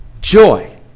joy